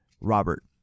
Robert